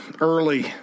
early